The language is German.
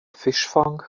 fischfang